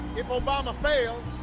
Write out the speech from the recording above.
if obama fails,